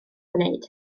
gwneud